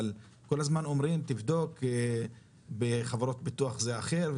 אבל כל הזמן אומרים תבדוק בחברות ביטוח זה אחר.